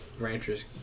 ranchers